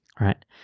Right